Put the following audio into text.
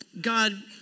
God